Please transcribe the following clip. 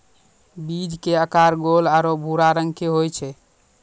बीज के आकार गोल आरो भूरा रंग के होय छै